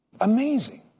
Amazing